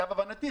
למיטב הבנתי,